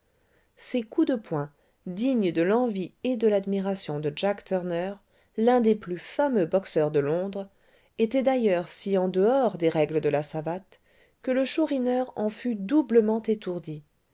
ces coups de poing dignes de l'envie et de l'admiration de jack turner l'un des plus fameux boxeurs de londres étaient d'ailleurs si en dehors des règles de la savate que le chourineur en fut doublement étourdi